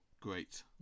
great